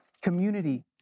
community